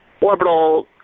orbital